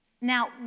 Now